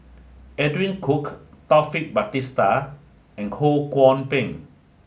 Edwin Koek Taufik Batisah and Ho Kwon Ping